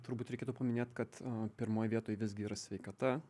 turbūt reikėtų paminėt kad pirmoj vietoj visgi yra sveikata